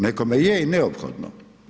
Nekome je i neophodno.